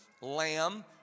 lamb